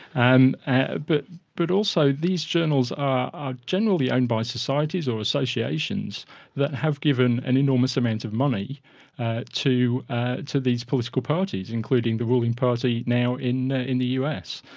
and ah but but also these journals are generally owned by societies or associations that have given an enormous amount of money to to these political parties, including the ruling party now in ah in the us.